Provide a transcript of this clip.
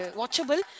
watchable